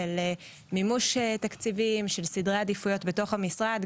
של מימוש תקציבים ושל סדרי עדיפויות בתוך המשרד.